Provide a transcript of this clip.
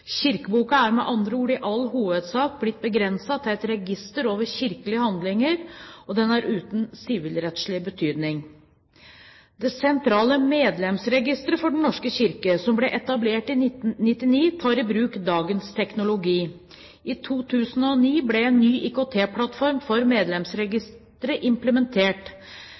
er med andre ord i all hovedsak blitt begrenset til et register over kirkelige handlinger, og den er uten sivilrettslig betydning. Det sentrale medlemsregisteret for Den norske kirke, som ble etablert i 1999, tar i bruk dagens teknologi. I 2009 ble en ny IKT-plattform for medlemsregisteret implementert.